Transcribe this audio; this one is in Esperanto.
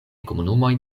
komunumoj